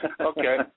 Okay